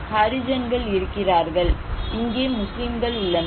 ஹரிஜான்கள் இருக்கிறார்கள் இங்கே முஸ்லிம்கள் உள்ளனர்